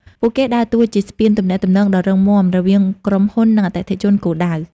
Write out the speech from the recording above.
ពួកគេដើរតួជាស្ពានទំនាក់ទំនងដ៏រឹងមាំរវាងក្រុមហ៊ុន និងអតិថិជនគោលដៅ។